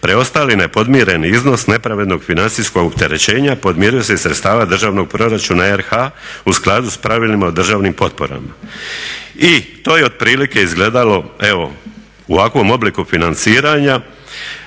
preostali nepodmireni iznos nepravednog financijskog opterećenja podmiruje se iz sredstava Državnog proračuna RH u skladu s pravilima o državnim potporama. I to je otprilike izgledalo evo u ovakvom obliku financiranja,